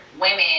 women